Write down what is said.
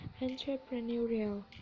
entrepreneurial